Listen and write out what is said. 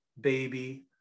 baby